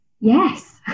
yes